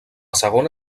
segona